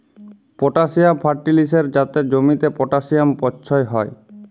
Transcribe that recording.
potassium ফার্টিলিসের যাতে জমিতে পটাসিয়াম পচ্ছয় হ্যয়